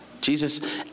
Jesus